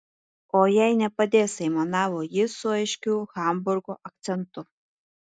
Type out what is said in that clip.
o jei nepadės aimanavo jis su aiškiu hamburgo akcentu